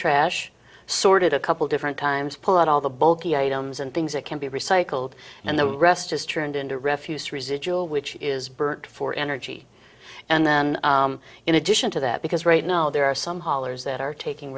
trash sorted a couple different times pull out all the bulky items and things that can be recycled and the rest is turned into refuse residual which is burnt for energy and then in addition to that because right now there are some hollers that are taking